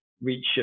reach